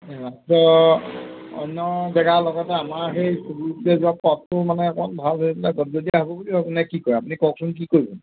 অন্য় জেগাৰ লগতে আমাৰ সেই স্কুললৈ যোৱা পথটো মানে অকণমান ভাল হৈ পেলাই গজগজীয়া হ'ব বুলি ভাবি নে কি কয় আপুনি কওকচোন কি কৰিব